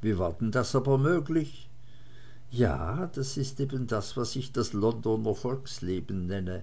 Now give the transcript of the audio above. wie war denn das aber möglich ja das ist ja eben das was ich das londoner volksleben nenne